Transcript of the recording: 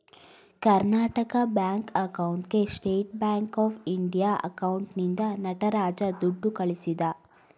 Karnataka bank ಅಕೌಂಟ್ಗೆ State Bank of India ಅಕೌಂಟ್ನಿಂದ ನಟರಾಜ ದುಡ್ಡು ಕಳಿಸಿದ